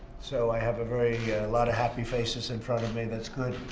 so, i have a very lot of happy faces in front of me. that's good,